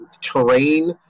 terrain